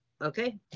okay